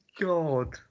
God